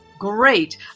Great